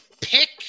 Pick